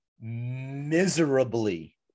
Miserably